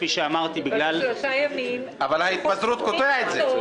אבל ההתפזרות קוטעת את זה.